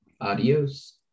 Adios